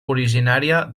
originària